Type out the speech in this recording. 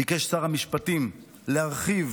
ביקש שר המשפטים להרחיב